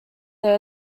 their